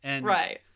Right